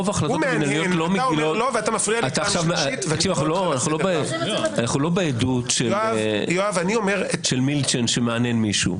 אנחנו לא בעדות של מילצ'ן שמעניין מישהו.